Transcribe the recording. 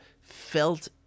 felt